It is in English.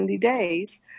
days